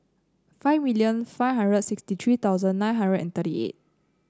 five million five hundred sixty three thousand nine hundred and thirty eight